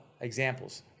examples